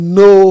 no